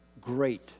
great